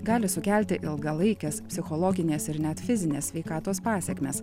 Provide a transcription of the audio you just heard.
gali sukelti ilgalaikes psichologines ir net fizinės sveikatos pasekmes